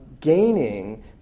gaining